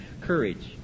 courage